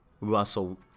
Russell